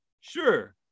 Sure